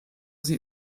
sie